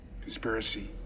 Conspiracy